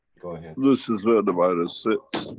go ahead this is where the virus sits.